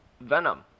Venom